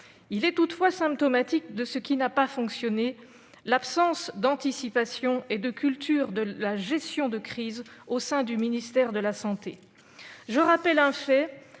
est toutefois symptomatique de ce qui n'a pas fonctionné : l'anticipation et la culture de la gestion de crise au sein du ministère de la santé. Je rappelle un fait